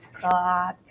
god